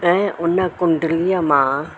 ऐं उन कुंडलीअ मां